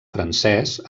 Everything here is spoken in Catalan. francès